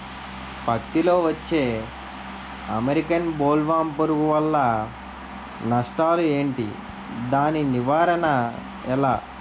పత్తి లో వచ్చే అమెరికన్ బోల్వర్మ్ పురుగు వల్ల నష్టాలు ఏంటి? దాని నివారణ ఎలా?